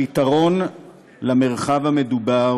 הפתרון למרחב המדובר